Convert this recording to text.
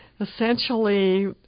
essentially